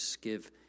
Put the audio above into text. give